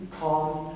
calm